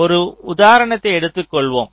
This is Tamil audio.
ஒரு உதாரணத்தை எடுத்துக் கொள்வோம்